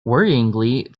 worryingly